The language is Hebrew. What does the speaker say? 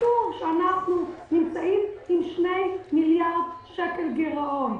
כתוב שאנחנו נמצאים עם 2 מיליארד שקל גירעון.